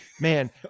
man